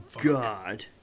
God